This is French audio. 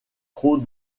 trop